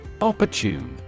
Opportune